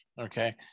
okay